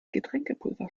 getränkepulver